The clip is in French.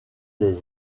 des